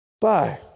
Bye